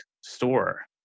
store